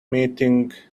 meeting